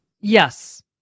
Yes